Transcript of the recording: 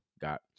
got